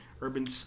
urban